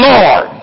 Lord